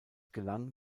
gelang